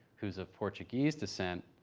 who's of portuguese decent,